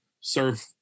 serve